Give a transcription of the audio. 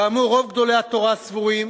כאמור, רוב גדולי התורה סבורים